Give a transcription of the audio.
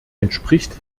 entspricht